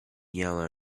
yellow